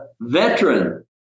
veteran